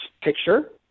picture